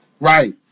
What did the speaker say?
Right